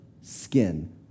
skin